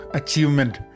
achievement